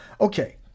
okay